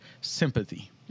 sympathy